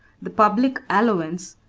the public allowance,